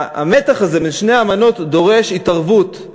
המתח הזה בין שתי האמנות דורש התערבות,